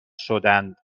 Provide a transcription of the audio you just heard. شدند